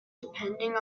depending